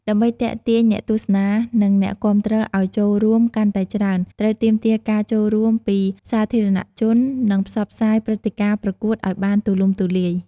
ដើម្បីទាក់ទាញអ្នកទស្សនា នឹងអ្នកគាំទ្រឲ្យចូលរួមកាន់តែច្រើន ត្រូវទាមទារការចូលរួមពីសាធារណជន និងផ្សព្វផ្សាយព្រឹត្តិការណ៍ប្រកួតឲ្យបានទូលំទូលាយ ។